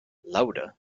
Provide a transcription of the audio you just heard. lauda